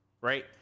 right